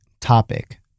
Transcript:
topic